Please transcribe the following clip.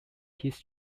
his